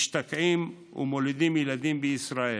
משתקעים ומולידים ילדים בישראל.